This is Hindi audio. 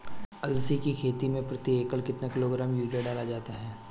अलसी की खेती में प्रति एकड़ कितना किलोग्राम यूरिया डाला जाता है?